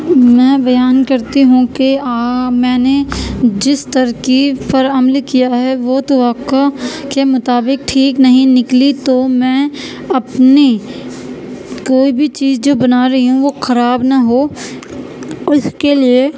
میں بیان کرتی ہوں کہ میں نے جس ترکیب پرعمل کیا ہے وہ توقع کے مطابق ٹھیک نہیں نکلی تو میں اپنی کوئی بھی چیز جو بنا رہی ہوں وہ خراب نہ ہو اس کے لیے